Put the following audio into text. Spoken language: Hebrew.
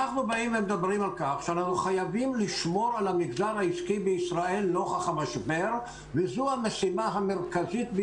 אנחנו חייבים לעבור היום למס ערך מוסף על בסיס מזומנים לתקופה של שלושה,